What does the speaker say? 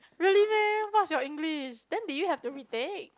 really meh what's your English then do you have to retake